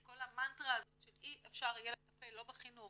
כל המנטרה הזאת של אי אפשר יהיה לטפל לא בחינוך,